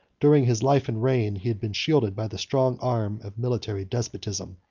during his life and reign, he had been shielded by the strong arm of military despotism.